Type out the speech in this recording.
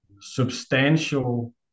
substantial